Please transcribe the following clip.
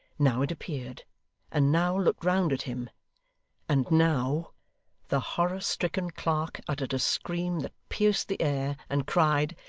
now it appeared and now looked round at him and now the horror-stricken clerk uttered a scream that pierced the air, and cried,